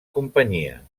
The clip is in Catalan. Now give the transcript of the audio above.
companyia